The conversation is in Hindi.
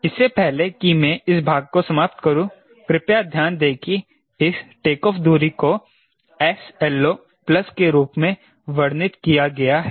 इससे पहले कि मैं इस भाग को समाप्त करूं कृपया ध्यान दें कि इस टेक ऑफ दूरी को 𝑠LO प्लस के रूप में वर्णित किया गया है